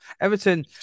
Everton